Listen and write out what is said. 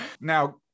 Now